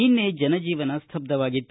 ನಿನ್ನೆ ಜನಜೀವನ ಸ್ತಬ್ದವಾಗಿತ್ತು